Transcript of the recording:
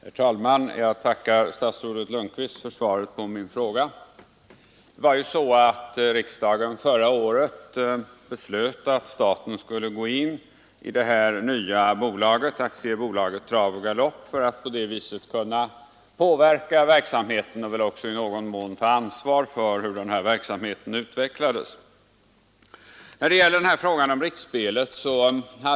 Herr talman! Jag tackar statsrådet Lundkvist för svaret på min fråga. Det var ju så att riksdagen förra året beslöt att staten skulle gå in i detta nya bolag, Aktiebolaget Trav och galopp, för att på det viset kunna påverka verksamheten och väl också i någon mån ta ansvar för hur verksamheten utvecklades.